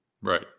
Right